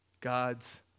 God's